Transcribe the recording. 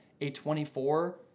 A24